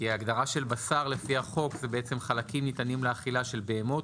כי ההגדרה של בשר לפי החוק זה "חלקים ניתנים לאכילה של בהמות,